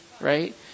right